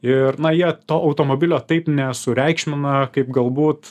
ir na jie to automobilio taip nesureikšmina kaip galbūt